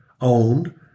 owned